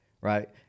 Right